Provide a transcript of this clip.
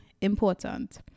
important